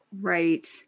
Right